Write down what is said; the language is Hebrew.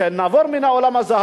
כשנעבור מן העולם הזה,